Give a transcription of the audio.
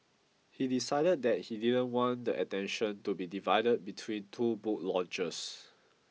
he decided that he didn't want the attention to be divided between two book launches